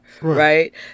right